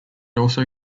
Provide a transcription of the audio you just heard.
also